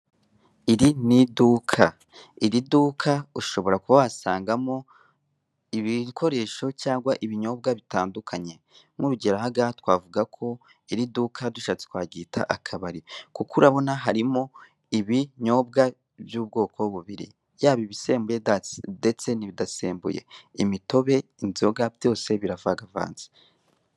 Iri ni iduka, iri duka ushobora kuba wasangamo ibikoresho cyangwa ibinyobwa bitandukanye nk'urugero aha ngaha twavuga ko iri duka, dushatse twaryita akabari kuko urabona harimo ibinyobwa by'ubwoko bubiri, yaba ibisembuye ndetse n'ibidasembuye, imitobe, inzoga, byose biravangavanze.